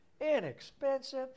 Inexpensive